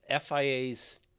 FIA's